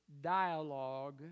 dialogue